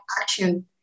action